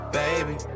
baby